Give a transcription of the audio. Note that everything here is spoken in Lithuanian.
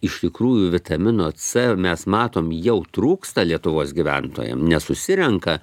iš tikrųjų vitamino c mes matom jau trūksta lietuvos gyventojam nesusirenka